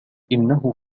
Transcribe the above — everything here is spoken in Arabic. إنه